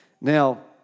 Now